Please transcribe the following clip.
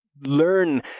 learn